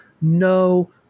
No